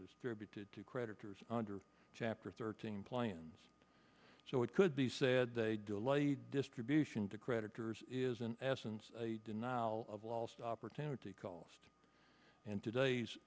distributed to creditors under chapter thirteen planes so it could be said they delayed distribution to creditors is in essence a denial of lost opportunity cost in today's